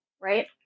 right